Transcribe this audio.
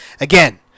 again